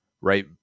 right